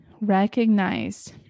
recognized